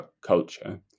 culture